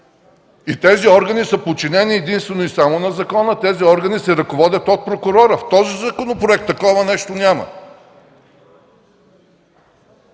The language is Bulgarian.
Тези органи са подчинени единствено и само на закона и се ръководят от прокурора. В този законопроект такова нещо няма.